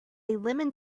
lemon